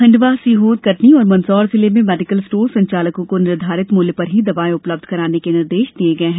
खंडवा सीहोरकटनी और मंदसौर जिले में मेडीकल स्टोर संचालकों को निर्धारित मूल्य पर ही दवायें उपलब्ध कराने के निर्देश दिये गये है